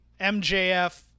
MJF